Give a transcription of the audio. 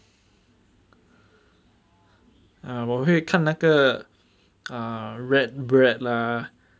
ah 我会看那个 ah radbrad lah